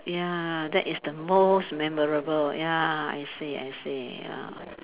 ya that is the most memorable ya I see I see ya